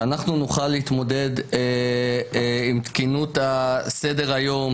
שאנחנו נוכל להתמודד עם תקינות סדר-היום,